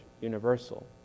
universal